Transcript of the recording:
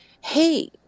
Hey